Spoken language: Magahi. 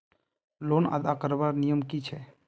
लोन अदा करवार नियम की छे?